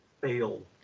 fail